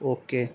okay